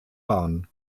bahn